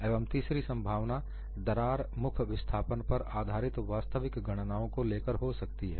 एवं तीसरी संभावना दरार मुख् विस्थापन पर आधारित वास्तविक गणनाओं को लेकर हो सकती है